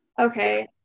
Okay